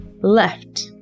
left